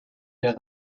der